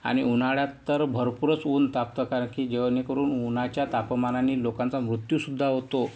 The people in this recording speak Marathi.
आणि उन्हाळ्यात तर भरपूरच ऊन तापतं कारण की जेणेकरून उन्हाच्या तापमानाने लोकांचा मृत्यूसुद्धा होतो